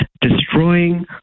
destroying